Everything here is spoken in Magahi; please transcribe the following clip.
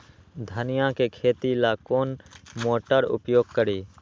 धनिया के खेती ला कौन मोटर उपयोग करी?